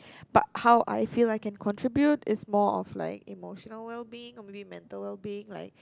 but how I feel I can contribute is more of like emotional well being probably mental well being